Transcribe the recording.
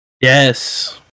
Yes